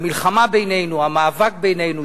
המלחמה בינינו, המאבק בינינו.